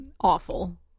Awful